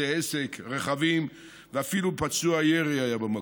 בתי עסק, רכבים, ואפילו פצוע ירי היה במקום.